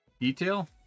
detail